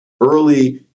early